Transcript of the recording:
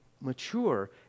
mature